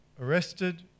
arrested